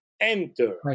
enter